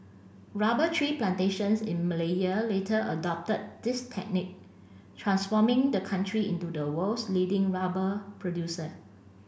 rubber tree plantations in Malaya later adopted this technique transforming the country into the world's leading rubber producer